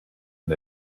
and